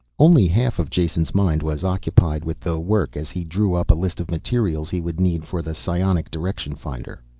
only half of jason's mind was occupied with the work as he drew up a list of materials he would need for the psionic direction finder.